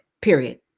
period